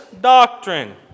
doctrine